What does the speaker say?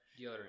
deodorant